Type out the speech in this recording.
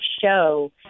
show